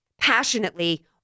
passionately